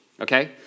okay